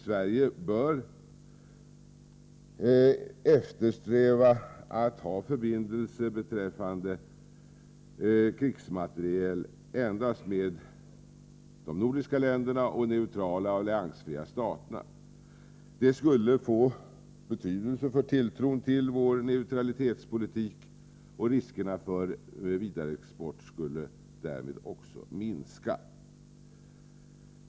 Sverige bör eftersträva att ha förbindelse beträffande krigsmateriel endast med de nordiska staterna och de neutrala och alliansfria staterna. Det skulle få betydelse för tilltron till vår neutralitetspolitik, och risken för vidareexport skulle därmed också minska.